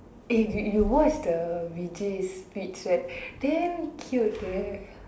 if you you watch the Vijay's speech right damn cute eh